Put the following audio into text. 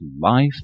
life